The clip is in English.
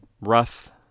rough